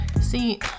see